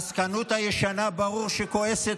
העסקנות הישנה ברור שכועסת,